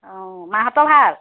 অঁ মাহঁতৰ ভাল